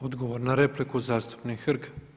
Odgovor na repliku zastupnik Hrg.